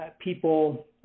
people